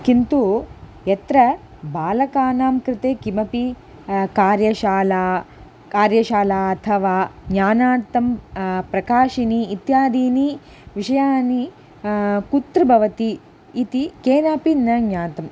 किन्तु यत्र बालकानां कृते किमपि कार्यशाला कार्यशाला अथवा ज्ञानार्थं प्रकाशिनि इत्यादीनि विषयानि कुत्र भवति इति केनापि न ज्ञातम्